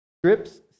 Strips